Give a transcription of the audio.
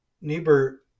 Niebuhr